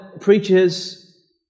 preaches